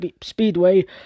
Speedway